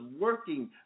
working